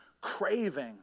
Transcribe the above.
craving